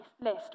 list